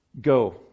Go